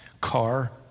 car